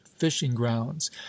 fishing-grounds